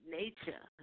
nature